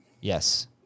yes